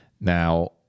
Now